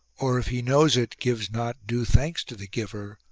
or, if he knows it, gives not due thanks to the giver,